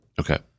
Okay